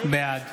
בעד